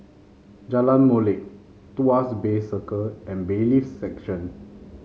Jalan Molek Tuas Bay Circle and Bailiffs' Section